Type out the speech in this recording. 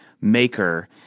maker